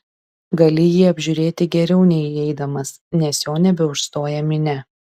gali jį apžiūrėti geriau nei įeidamas nes jo nebeužstoja minia